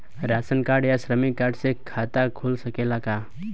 Ration card या श्रमिक card से खाता खुल सकेला का?